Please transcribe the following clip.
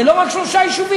זה לא רק שלושה יישובים.